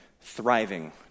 thriving